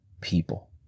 people